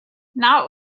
not